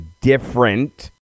different